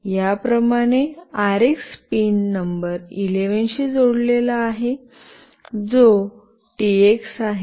याप्रमाणे RX pin number 11 शी जोडलेला आहे जो टीएक्स आहे